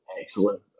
excellent